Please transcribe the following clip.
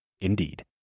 Indeed